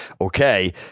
Okay